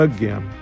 Again